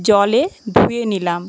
জলে ধুয়ে নিলাম